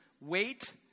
Wait